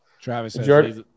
Travis